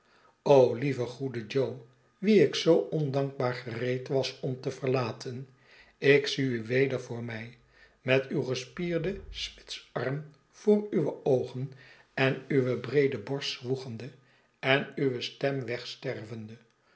lieve goede jo wien ik zoo ondankbaar gereed was om te verlaten ik zie u weder voor mij met uw gespierden smidsarm voor uwe oogen en uwe breede borst zwoegende en uwe stem wegstervende